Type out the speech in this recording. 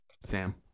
Sam